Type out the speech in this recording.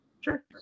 Sure